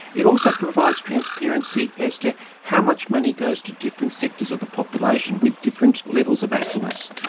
it also provides transparency as to how much money goes to different sectors of the population with different levels of affluence.